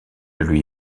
lui